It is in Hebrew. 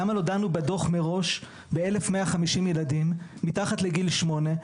למה לא דנו בדוח מראש ב-1,150 ילדים מתחת לגיל שמונה,